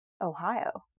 Ohio